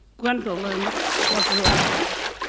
gwendolyn was loved.